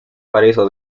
paraíso